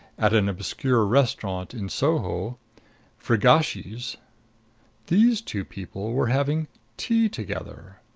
at an obscure restaurant in soho frigacci's these two people were having tea together!